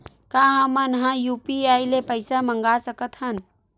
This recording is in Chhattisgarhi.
का हमन ह यू.पी.आई ले पईसा मंगा सकत हन?